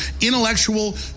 intellectual